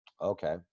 Okay